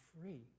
free